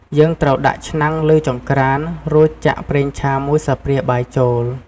យើងត្រូវដាក់ឆ្នាំងលើចង្ក្រាន រួចចាក់ ប្រេងឆា ១ ស្លាបព្រាបាយ ចូល។